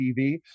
TV